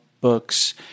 books